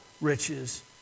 riches